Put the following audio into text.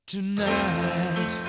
Tonight